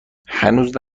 هنوز